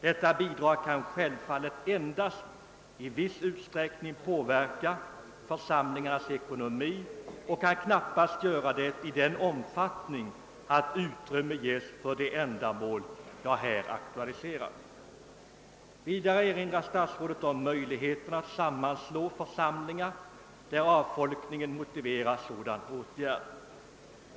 Detta bidrag kan självfallet endast i viss utsträckning påverka församlingarnas ekonomi och kan knappast göra det i den omfattning att utrymme ges för de ändamål jag här aktualiserat. Vidare erinrar statsrådet om möjligheterna att sammanslå församlingar där avfolkningen motiverar sådan åtgärd.